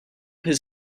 his